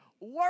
Work